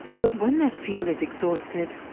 but when their fuel is exhausted,